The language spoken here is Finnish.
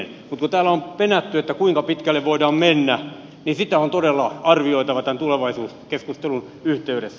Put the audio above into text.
kun täällä on penätty kuinka pitkälle voidaan mennä niin sitä on todella arvioitava tämän tulevaisuuskeskustelun yhteydessä